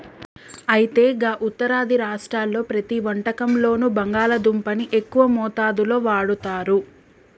అయితే గా ఉత్తరాది రాష్ట్రాల్లో ప్రతి వంటకంలోనూ బంగాళాదుంపని ఎక్కువ మోతాదులో వాడుతారు